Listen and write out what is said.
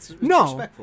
No